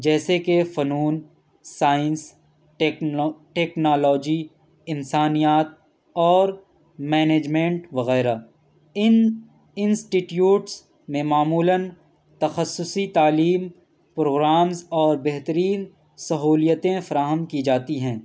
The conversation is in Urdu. جیسے کہ فنون سائنس ٹیکنالوجی انسانیات اور مینیجمینٹ وغیرہ ان انسٹیٹیوٹس میں معمولاََ تخصصی تعلیم پروگرامس اور بہترین سہولییتیں فراہم کی جاتی ہے